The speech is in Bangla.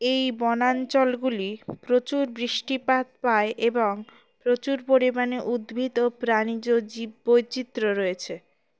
এই বনাঞ্চলগুলি প্রচুর বৃষ্টিপাত পায় এবং প্রচুর পরিমাণে উদ্ভিদ ও প্রাণীজ জীব বৈচিত্র্য রয়েছে